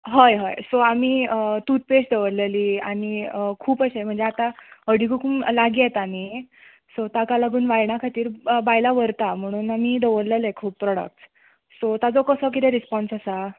हय हय सो आमी टूथपेस्ट दलरलेली आनी खूब अशें म्हणजे आतां हळदी कुकूम लागी येतां न्हय सो ताका लागून वायना खातीर बायलां व्हरतां म्हणून आमी दवरलेले खूब प्रोडक्ट सो ताजे कसो कितें रिस्पोन्स आसा